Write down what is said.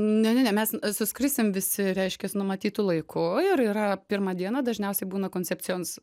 ne ne ne n mes suskrisim visi reiškias numatytu laiku ir yra pirmą dieną dažniausiai būna koncepcijons